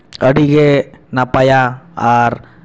ᱟᱹᱰᱤᱜᱮ ᱱᱟᱯᱟᱭᱟ ᱟᱨ